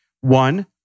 One